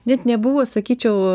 net nebuvo sakyčiau